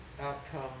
Outcome